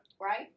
right